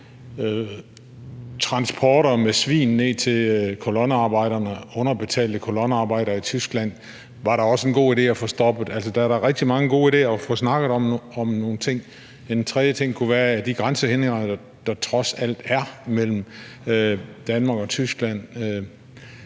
transporter med svin ned til kolonnearbejderne – underbetalte kolonnearbejdere – i Tyskland da også var en god idé at få stoppet. Altså, der er der da rigtig mange gode idéer, nogle ting at få snakket om. En tredje ting kunne være de grænsehindringer, der trods alt er mellem Danmark og Tyskland.